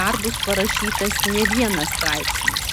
dar bus parašytas ne vienas straipsnis